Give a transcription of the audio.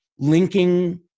linking